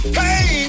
hey